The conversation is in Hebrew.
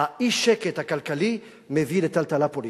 האי-שקט הכלכלי מביא לטלטלה פוליטית.